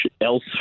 else